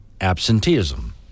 absenteeism